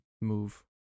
move